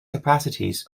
capacities